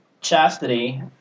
Chastity